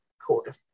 quarter